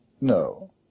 No